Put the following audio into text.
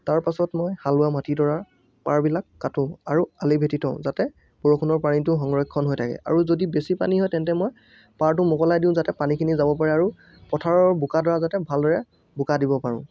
তাৰ পাছত মই হাল বোৱা মাটিডৰাৰ পাৰবিলাক কাটো আৰু আলিভেটি থওঁ যাতে বৰষুণৰ পানীটো সংৰক্ষণ হৈ থাকে আৰু যদি বেছি পানী হয় তেন্তে মই পাৰটো মোকলাই দিওঁ যাতে পানীখিনি যাব পাৰে আৰু পথাৰৰ বোকাডৰা যাতে ভালদৰে বোকা দিব পাৰোঁ